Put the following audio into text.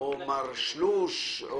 או מר שלוש.